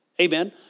Amen